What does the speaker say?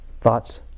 Thoughts